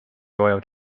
vajavad